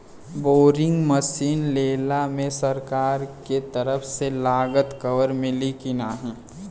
Boring machine लेला मे सरकार के तरफ से लागत कवर मिली की नाही?